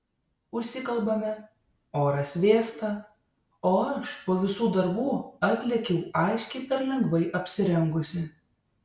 užsikalbame oras vėsta o aš po visų darbų atlėkiau aiškiai per lengvai apsirengusi